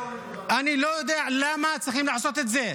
אני לא יודע למה צריכים לעשות את זה.